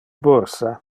bursa